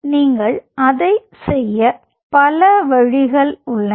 நீங்கள் அதை செய்ய பல வழிகள் உள்ளன